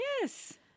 Yes